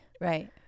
Right